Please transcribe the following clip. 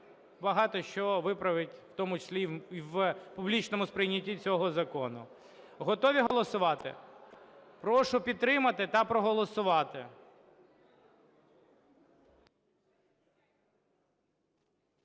багато що виправить, в тому числі і в публічному сприйнятті цього закону. Готові голосувати? Прошу підтримати та проголосувати.